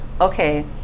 okay